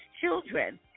children